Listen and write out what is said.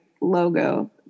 logo